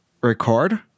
record